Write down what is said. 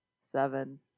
seven